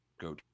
go